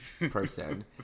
person